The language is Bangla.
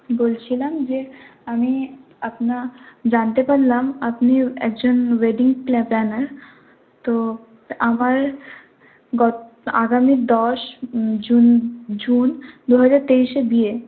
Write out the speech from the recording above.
বলছিলাম যে আমি আপনা জানতে পারলাম আপনি একজন ওয়েডিং প্ল্যানার তো আমার গত আগামী দশ জুন জুন দুহাজার তেইশে বিয়ে